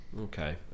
Okay